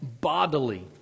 bodily